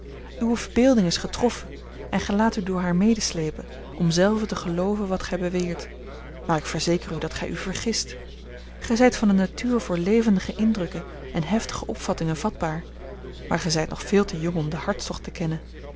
uwe verbeelding is getroffen en gij laat u door haar medeslepen om zelve te gelooven wat gij beweert maar ik verzeker u dat gij u vergist gij zijt van eene natuur voor levendige indrukken en heftige opvattingen vatbaar maar gij zijt nog veel te jong om den hartstocht te kennen